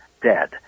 dead